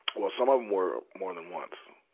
well, some of them were more than once.